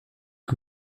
que